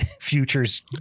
futures